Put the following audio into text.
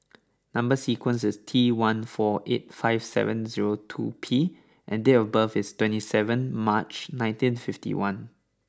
number sequence is T one four eight five seven zero two P and date of birth is twenty seven March nineteen fifty one